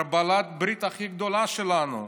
בעלת הברית הכי גדולה שלנו,